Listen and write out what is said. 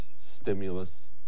stimulus